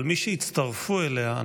אבל מי שהצטרפו אליה,